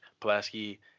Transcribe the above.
Pulaski